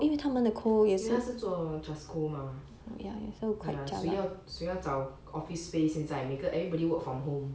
hmm 因为他是做 justco mah 谁要谁要找 office space 现在每个 everybody work from home